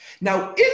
Now